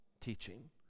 teaching